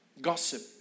Gossip